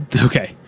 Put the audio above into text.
Okay